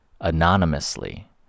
anonymously